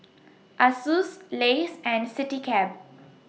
Asus Lays and Citycab